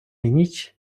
ніч